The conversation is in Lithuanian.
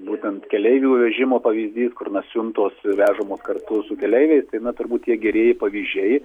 būtent keleivių vežimo pavyzdys kur na siuntos vežamos kartu su keleiviais tai na turbūt tie gerieji pavyzdžiai